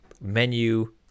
Menu